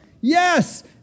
Yes